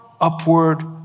upward